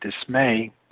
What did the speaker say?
dismay